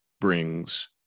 brings